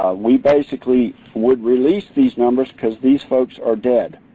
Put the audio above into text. ah we basically would release these numbers because these folks are dead.